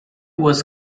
was